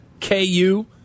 KU